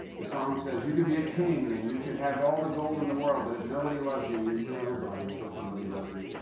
the song says, you could be a king and you could have all the gold in the world but if nobody loves you, you're nobody till somebody loves you.